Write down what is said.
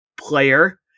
player